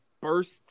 burst